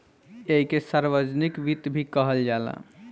ऐइके सार्वजनिक वित्त भी कहल जाला